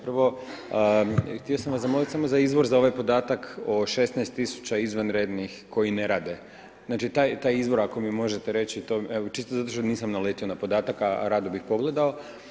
Prvo htio sam vas zamolit za izvor za ovaj podatak o 16 000 izvanrednih koji ne rade, znači taj izvor ako mi možete reći, čisto zato što nisam naletio na podatak, a rado bih pogledao.